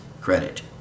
credit